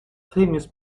famous